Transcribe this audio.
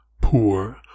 poor